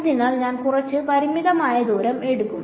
അതിനാൽ ഞാൻ കുറച്ച് പരിമിതമായ ദൂരം എടുക്കുന്നു